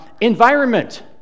Environment